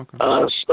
Okay